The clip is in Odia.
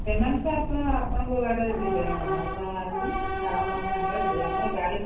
ସେମାନେ ତ ଆପଣ ଆପଣଙ୍କ ଗାଡ଼ିରେ ଯିବେ ଆପଣ ଆସିଲେ ଆପଣଙ୍କ ସାଙ୍ଗେରେ ଯିବେ ଆମର ଗାଡ଼ି